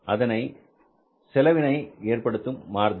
அதாவது செலவினை ஏற்படும் மாறுதல்